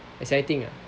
exciting ah